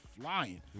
flying